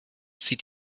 sieht